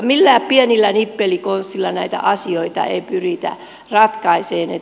millään pienillä nippelikonsteilla näitä asioita ei pyritä ratkaisemaan